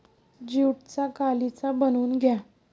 ज्यूटचा गालिचा बनवून घ्या